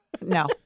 No